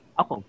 ako